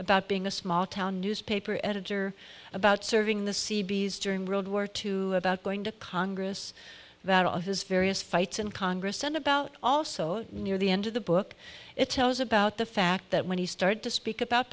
about being a small town newspaper editor about serving the seabees during world war two about going to congress about his various fights in congress and about also near the end of the book it tells about the fact that when he started to speak about